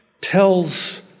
tells